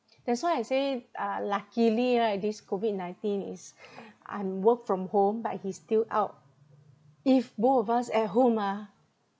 that's why I say uh luckily right this COVID nineteen is I'm work from home but he's still out if both of us at home ah